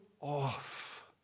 off